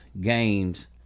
games